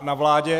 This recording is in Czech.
na vládě.